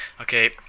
Okay